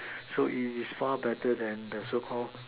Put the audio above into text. so it is far better then the so Call